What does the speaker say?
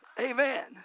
Amen